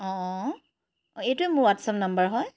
অঁ অঁ অঁ এইটোৱে মোৰ হোৱাটছএপ নম্বৰ হয়